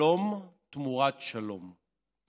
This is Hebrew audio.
שלום תמורת שלום.